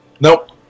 Nope